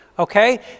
Okay